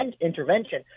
intervention